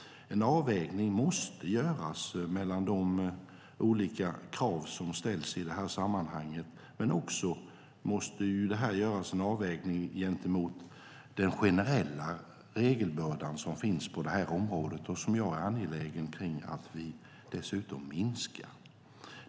En avvägning måste göras mellan de olika krav som ställs i detta sammanhang, men det måste också göras en avvägning gentemot den generella regelbörda som finns på detta område och som jag är angelägen om att vi dessutom ska minska.